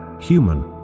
human